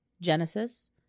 Genesis